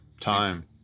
Time